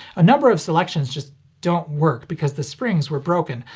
a number of selections just don't work because the springs were broken,